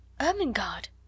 Ermengarde